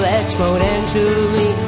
exponentially